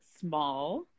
small